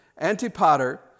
Antipater